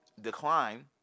decline